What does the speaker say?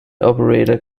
operator